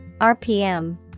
RPM